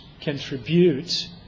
contribute